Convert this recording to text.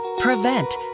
prevent